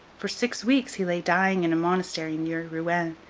for six weeks he lay dying in a monastery near rouen,